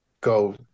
go